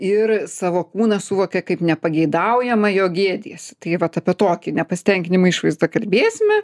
ir savo kūną suvokia kaip nepageidaujamą jo gėdijasi tai vat apie tokį nepasitenkinimą išvaizda kalbėsime